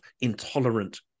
intolerant